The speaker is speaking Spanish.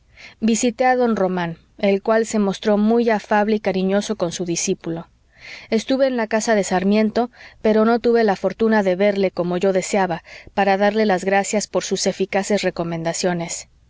visité a don román el cual se mostró muy afable y cariñoso con su discípulo estuve en la casa de sarmiento pero no tuve la fortuna de verle como yo deseaba para darle las gracias por sus eficaces recomendaciones